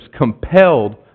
compelled